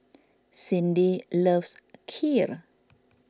Cyndi loves Kheer